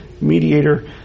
mediator